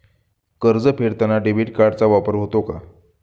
कर्ज फेडताना डेबिट कार्डचा वापर होतो का?